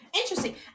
Interesting